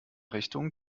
richtung